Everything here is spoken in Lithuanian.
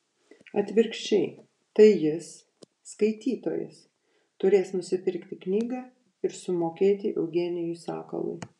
atvirkščiai tai jis skaitytojas turės nusipirkti knygą ir sumokėti eugenijui sakalui